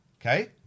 okay